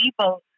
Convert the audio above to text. people